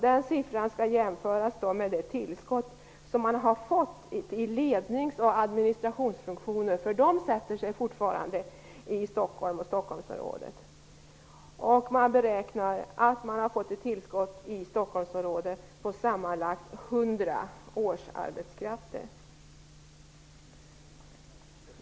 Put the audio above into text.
Den siffran skall då jämföras med det tillskott som man i Stockholm har fått i lednings och administrationsfunktioner -- de sätter sig fortfarande i Stockholmsområdet. Man beräknar att Stockholmsområdet har fått ett tillskott på sammanlagt 100 årsarbetskrafter.